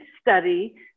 study